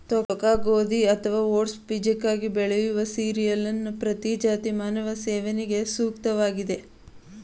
ತೋಕೆ ಗೋಧಿ ಅಥವಾ ಓಟ್ಸ್ ಬೀಜಕ್ಕಾಗಿ ಬೆಳೆಯುವ ಸೀರಿಯಲ್ನ ಪ್ರಜಾತಿ ಮಾನವನ ಸೇವನೆಗೆ ಸೂಕ್ತವಾಗಿದೆ